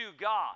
God